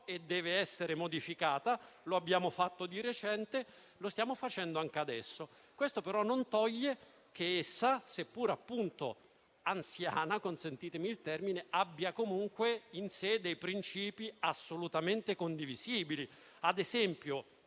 e deve essere modificata; lo abbiamo fatto di recente e lo stiamo facendo anche adesso. Ciò non toglie però che essa, seppur appunto anziana (consentitemi il termine), abbia comunque in sé dei principi assolutamente condivisibili.